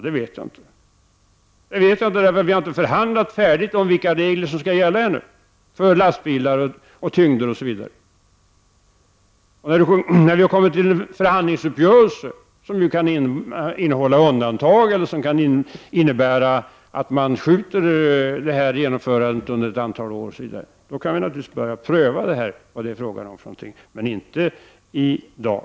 Det vet jag inte, därför att vi ännu inte har förhandlat färdigt om vilka regler som skall gälla för lastbilar, tyngder, osv. När vi har åstadkommit förhandlingsuppgörelser, som kan innehålla undantag eller innebära att man skjuter detta genomförande framåt några år, kan vi naturligtvis börja pröva vad det är fråga om. Men det kan vi inte göra i dag.